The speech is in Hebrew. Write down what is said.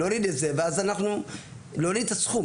אלה ענייניים שצריכים עוד להיבחן.